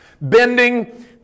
bending